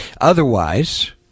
Otherwise